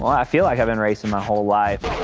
i feel like i've been racing my whole life.